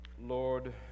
Lord